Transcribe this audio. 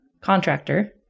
contractor